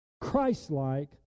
Christ-like